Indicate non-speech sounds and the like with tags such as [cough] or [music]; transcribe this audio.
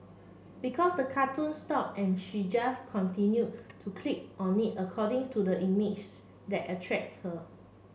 because the cartoon stop and she just continue to click on it according to the [unintelligible] that attracts her